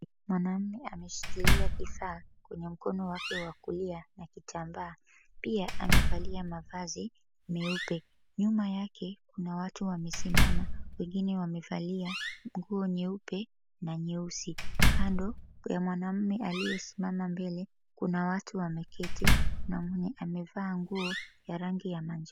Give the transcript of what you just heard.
Mwanamume ameshikilia kifaa kwenye mkono wake wa kulia na kitambaa, pia amevalia mavazi meupe. Nyuma yake kuna watu wamesimama, wengine wamevalia nguo nyeupe na nyeusi. Kando ya mwanamume aliyesimama mbele, kuna watu wameketi na mwenye amevaa nguo ya rangi ya manjano.